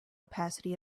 opacity